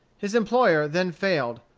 his employer then failed,